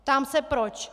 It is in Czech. Ptám se proč.